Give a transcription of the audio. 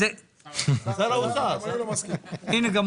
שלא יהיו